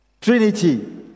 Trinity